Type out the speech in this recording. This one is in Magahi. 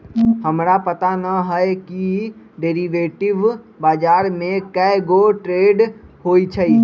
हमरा पता न हए कि डेरिवेटिव बजार में कै गो ट्रेड होई छई